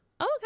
okay